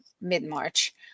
mid-March